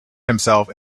himself